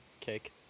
Cake